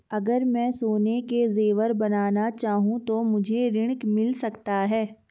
अगर मैं सोने के ज़ेवर बनाना चाहूं तो मुझे ऋण मिल सकता है?